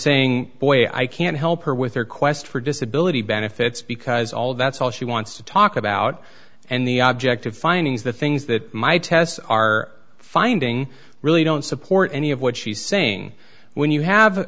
saying boy i can't help her with her quest for disability benefits because all that's all she wants to talk about and the object of finding is the things that my tests are finding really don't support any of what she's saying when you have